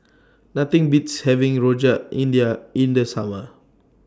Nothing Beats having Rojak India in The Summer